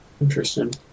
Interesting